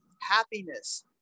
happiness